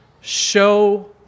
show